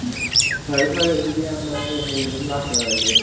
ꯎꯝ ꯑꯣ ꯐꯔꯦ ꯐꯔꯦ ꯑꯗꯨꯗꯤ ꯏꯌꯥꯝꯕ ꯑꯩ ꯍꯌꯦꯡ ꯑꯗꯨꯝ ꯂꯥꯛꯆꯔꯒꯦ